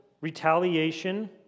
retaliation